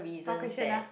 what question ah